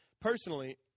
Personally